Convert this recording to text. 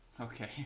okay